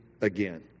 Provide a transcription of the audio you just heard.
again